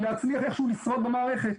היא להצליח איכשהו לשרוד במערכת,